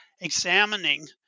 examining